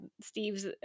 steve's